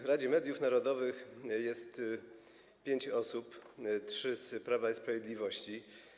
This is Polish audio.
W Radzie Mediów Narodowych jest pięć osób, trzy z Prawa i Sprawiedliwości.